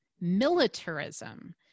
militarism